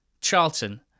Charlton